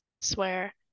swear